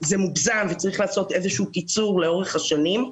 זה מוגזם וצריך לעשות איזשהו קיצור לאורך השנים,